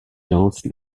lance